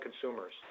consumers